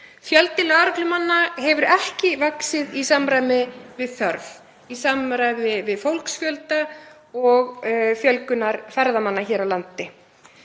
Fjöldi lögreglumanna hefur ekki vaxið í samræmi við þörf, í samræmi við fólksfjölda og fjölgun ferðamanna hér á landi.